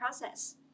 process